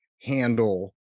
handle